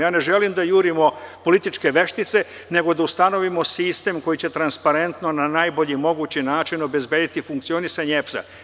Ja ne želim da jurimo političke veštice, nego da ustanovimo sistem koji će transparentno i na najbolji mogući način obezbediti funkcionisanje EPS-a.